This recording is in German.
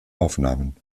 aufnahmen